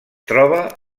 troba